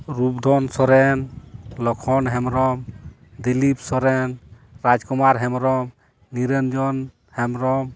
Rupdhan Soren Lakhan Hembrom Dilip Soren Raj Kumar Hembrom Niranjan Hembrom